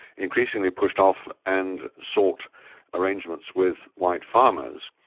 increasingly pushed off and sought arrangements with white farmers,